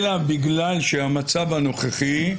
אלא בגלל שהמצב הנוכחי,